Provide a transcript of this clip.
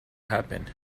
happened